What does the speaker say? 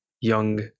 young